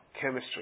chemistry